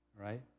Right